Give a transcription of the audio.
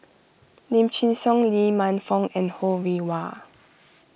Lim Chin Siong Lee Man Fong and Ho Rih Hwa